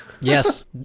yes